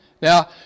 Now